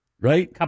right